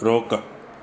रोक